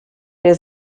der